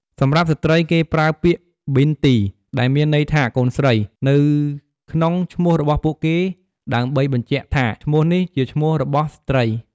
សម្រាប់ស្ត្រី គេប្រើពាក្យ ប៊ីនទី ដែលមានន័យថាកូនស្រី នៅក្នុងឈ្មោះរបស់ពួកគេ ដើម្បីបញ្ជាក់ថាឈ្មោះនេះជាឈ្មោះរបស់ស្ត្រី។